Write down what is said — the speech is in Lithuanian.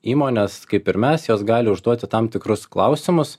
įmonės kaip ir mes jos gali užduoti tam tikrus klausimus